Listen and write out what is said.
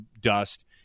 dust